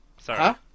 Sorry